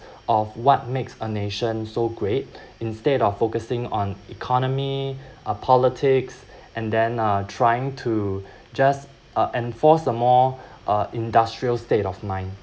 of what makes a nation so great instead of focusing on economy uh politics and then uh trying to just uh enforce a more uh industrial state of mind